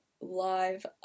live